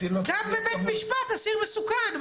גם בבית משפט אסיר מסוכן.